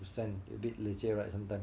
to send a bit leh chey right sometime